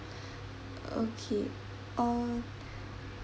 okay uh